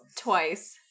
twice